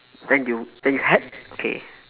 then you then you had K